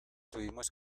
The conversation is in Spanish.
tuvimos